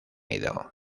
ido